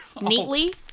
neatly